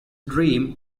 dream